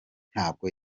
ntabwo